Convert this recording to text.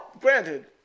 granted